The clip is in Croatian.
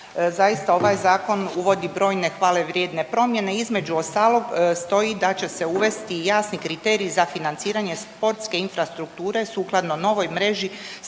zaista ovaj zakon uvodi brojne hvale vrijedne promjene, između ostalog stoji da će se uvesti jasni kriteriji za financiranje sportske infrastrukture sukladno novoj mreži